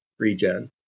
regen